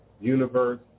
universe